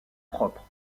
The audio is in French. propre